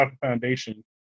foundation